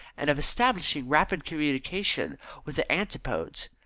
and of establishing rapid communication with the antipodes.